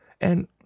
And